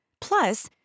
Plus